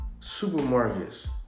supermarkets